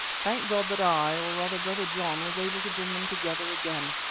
thank god that i, or rather brother john, was able to bring them together again.